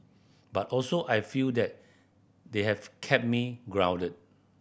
but also I feel that they have kept me grounded